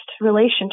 relationship